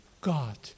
God